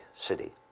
city